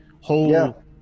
whole